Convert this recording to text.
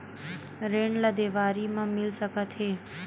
ऋण ला देवारी मा मिल सकत हे